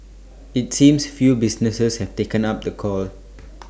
IT seems few businesses have taken up the call